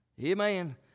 Amen